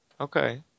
Okay